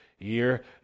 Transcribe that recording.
year